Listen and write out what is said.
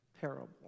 parable